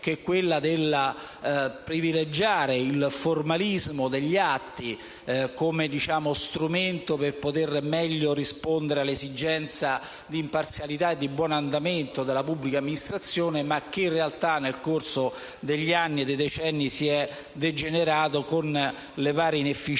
quella di privilegiare il formalismo degli atti come strumento per poter meglio rispondere all'esigenza di imparzialità e di buon andamento della pubblica amministrazione. In realtà, nel corso degli anni, tale approccio è degenerato, con varie inefficienze,